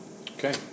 Okay